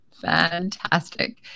Fantastic